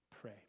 pray